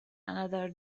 another